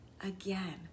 Again